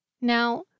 Now